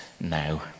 now